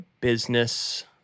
business